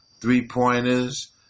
three-pointers